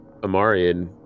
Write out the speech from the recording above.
Amarian